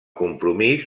compromís